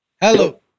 Hello